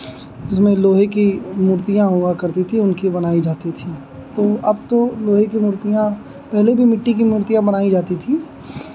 जिसमें लोहे की मूर्तियाँ हुआ करती थी उनकी बनाई जाती थीं तो अब तो लोहे की मूर्तियाँ पहले भी मिट्टी की मूर्तियाँ बनाई जाती थीं